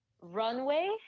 runway